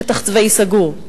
שטח צבאי סגור.